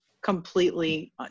completely